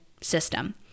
system